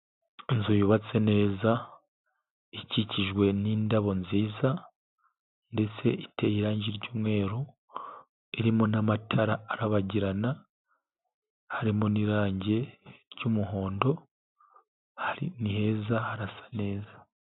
Inzu yubatse neza, ikikijwe n'indabo nziza, ndetse iteye irangi ry'umweru, irimo n'amatara arabagirana, harimo n'irangi ry'umuhondo, ni heza harasa neza.